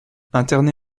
interné